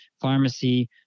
pharmacy